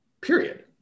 Period